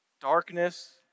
Darkness